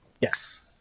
Yes